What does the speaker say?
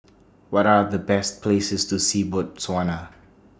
What Are The Best Places to See Botswana